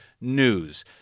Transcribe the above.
news